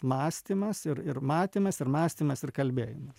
mąstymas ir ir matymas ir mąstymas ir kalbėjimas